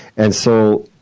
and so,